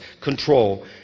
control